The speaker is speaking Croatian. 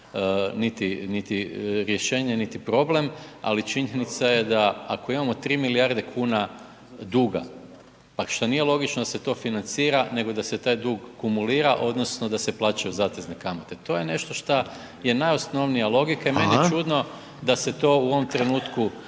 niti rješenje, niti problem, ali činjenica je ako imamo 3 milijarde kuna duga, pa šta nije logično da se to financira, nego da se taj dug kumulira odnosno da se plaćaju zatezne kamate, to je nešto šta je najosnovnija logika …/Upadica: Hvala/…i meni je čudno da se to u ovom trenutku